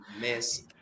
Miss